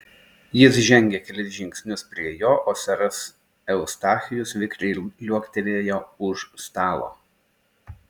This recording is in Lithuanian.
jis žengė kelis žingsnius prie jo o seras eustachijus vikriai liuoktelėjo už stalo